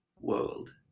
world